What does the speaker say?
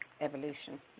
evolution